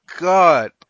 God